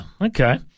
okay